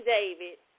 David